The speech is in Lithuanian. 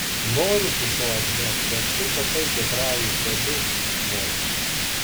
nori tu to ar ne bet tu tapai hebrajų vadu moze